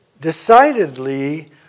decidedly